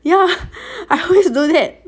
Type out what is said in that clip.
ya I always do that